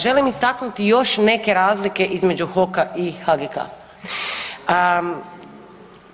Želim istaknuti još neke razlike između HOK-a i HGK-a.